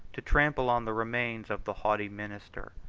to trample on the remains of the haughty minister,